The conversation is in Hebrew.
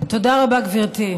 תודה רבה, גברתי.